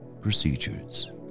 Procedures